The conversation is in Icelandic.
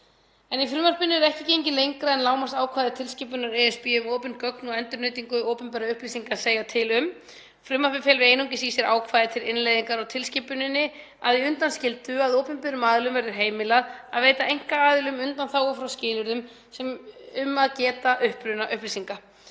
Í frumvarpinu er ekki gengið lengra en lágmarksákvæði tilskipunar ESB um opin gögn og endurnýtingu opinberra upplýsinga segja til um. Frumvarpið felur einungis í sér ákvæði til innleiðingar á tilskipuninni að því undanskildu að opinberum aðilum verður heimilað að veita einkaaðilum undanþágu frá skilyrðum um að geta uppruna